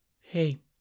Hey